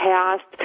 Past